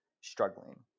struggling